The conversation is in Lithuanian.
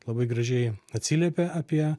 labai gražiai atsiliepė apie